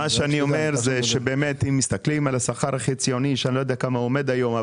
שאני לא יודע על כמה הוא עומד היום,